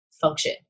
function